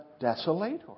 desolator